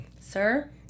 sir